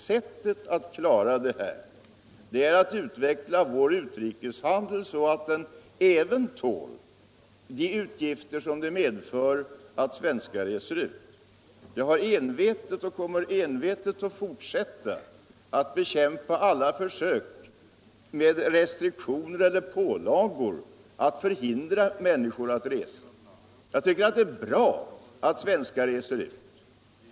Sättet att klara detta tror jag är att utveckla vår utrikeshandel så att den även tål de utgifter som det medför att svenskar reser ut. Jag har envetet bekämpat — och jag 127 kommer lika envetet att fortsätta med det — alla försök att med restriktioner eller pålagor hindra människor från att resa. Jag tycker det är bra att svenskar reser ut.